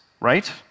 Right